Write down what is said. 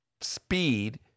speed